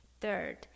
Third